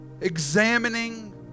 examining